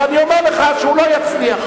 ואני אומר לך שהוא לא יצליח.